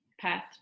path